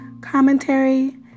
commentary